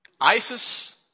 ISIS